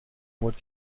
بود